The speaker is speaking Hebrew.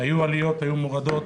היו עליות ומורדות,